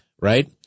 right